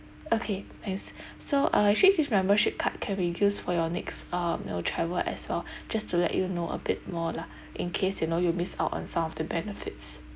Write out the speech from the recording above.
okay thanks so uh actually this membership card can be used for your next um you know travel as well just to let you know a bit more lah in case you know you miss out on some of the benefits